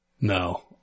No